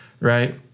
right